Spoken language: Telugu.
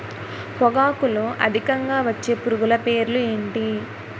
పొగాకులో అధికంగా వచ్చే పురుగుల పేర్లు ఏంటి